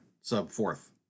sub-fourth